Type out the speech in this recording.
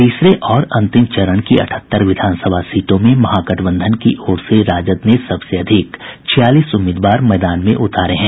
तीसरे और अंतिम चरण की अठहत्तर विधानसभा सीटों में महागठबंधन की ओर राजद ने सबसे अधिक छियालीस उम्मीदवार मैदान में उतारे हैं